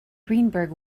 greenberg